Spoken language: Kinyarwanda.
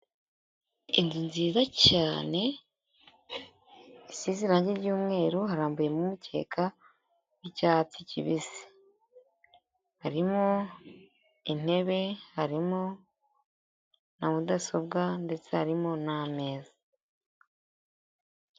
Inzu nziza cyane isize irange ry'umweru harambuyemo umukeka w'icyatsi kibisi harimo intebe, harimo na mudasobwa ndetse harimo n'ameza.